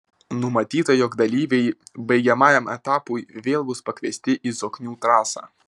numatyta jog dalyviai baigiamajam etapui vėl bus pakviesti į zoknių trasą